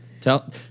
Tell